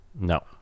No